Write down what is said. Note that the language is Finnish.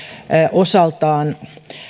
osaltaan